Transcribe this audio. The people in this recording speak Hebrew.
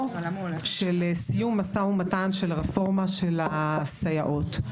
של סיום משא ומתן של רפורמה של הסייעות.